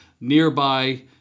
nearby